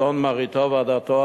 צאן מרעיתו ועדתו,